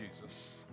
Jesus